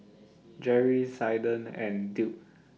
Jerry Zaiden and Duke